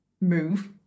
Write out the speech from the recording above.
move